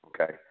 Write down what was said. okay